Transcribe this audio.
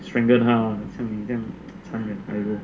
strangle 他啦像你这样残忍